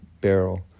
barrel